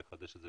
נוכל לחדש את זה